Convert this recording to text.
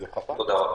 תודה.